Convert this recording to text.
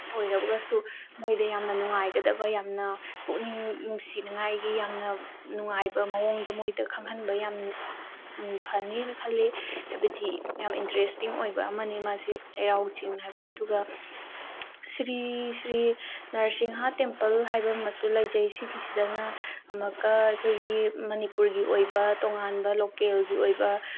ꯑꯣꯏꯔꯕꯒꯁꯨ ꯃꯣꯏꯗ ꯌꯥꯝꯅ ꯅꯨꯡꯉꯥꯏꯒꯗꯕ ꯌꯥꯝꯅ ꯄꯨꯛꯅꯤꯡ ꯅꯨꯡꯁꯤꯅꯤꯉꯥꯏꯒꯤ ꯌꯥꯝꯅ ꯅꯨꯡꯉꯥꯏꯕ ꯃꯑꯣꯡꯗ ꯃꯣꯏꯗ ꯈꯪꯍꯟꯕ ꯌꯥꯝ ꯐꯅꯤꯅ ꯈꯜꯂꯤ ꯍꯥꯏꯕꯗꯤ ꯌꯥꯝ ꯏꯟꯇꯔꯦꯁꯇꯤꯡ ꯑꯣꯏꯕ ꯑꯃꯅꯤ ꯃꯥꯁꯦ ꯆꯩꯔꯥꯎꯆꯤꯡ ꯍꯥꯏꯕꯁꯦ ꯑꯗꯨꯒ ꯁꯤꯔꯤ ꯁꯤꯔꯤ ꯅꯔꯁꯤꯡꯍ ꯇꯦꯝꯄꯜ ꯍꯥꯏꯕ ꯑꯃꯁꯨ ꯂꯩꯖꯩ ꯁꯤꯒꯤꯁꯤꯗꯅ ꯑꯃꯛꯀ ꯑꯩꯈꯣꯏꯒꯤ ꯃꯅꯤꯄꯨꯔꯒꯤ ꯑꯣꯏꯕ ꯇꯣꯉꯥꯟꯕ ꯂꯣꯀꯦꯜꯒꯤ ꯑꯣꯏꯕ